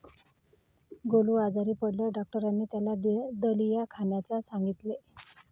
गोलू आजारी पडल्यावर डॉक्टरांनी त्याला दलिया खाण्यास सांगितले